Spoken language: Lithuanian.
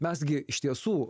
mes gi iš tiesų